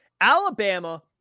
Alabama